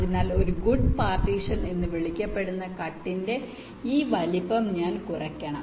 അതിനാൽ ഒരു good partition എന്ന് വിളിക്കപ്പെടുന്ന കട്ടിന്റെ ഈ വലുപ്പം ഞാൻ കുറയ്ക്കണം